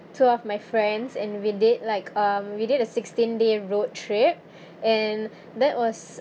two of my friends and we did like um we did a sixteen day road trip and that was